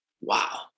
wow